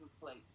plate